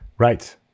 Right